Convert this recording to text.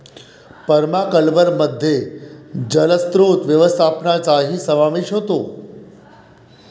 पर्माकल्चरमध्ये जलस्रोत व्यवस्थापनाचाही समावेश होतो